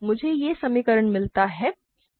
मुझे यह समीकरण मिलता है